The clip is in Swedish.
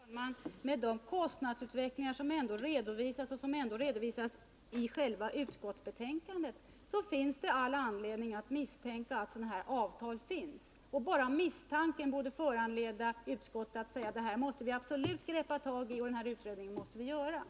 Herr talman! Den kostnadsutveckling som redovisas i utskottsbetänkandet ger faktiskt all anledning att misstänka att konkurrensbegränsande avtal finns. Bara misstanken borde föranleda utskottet att säga att något måste göras och att en utredning på området måste tillsättas.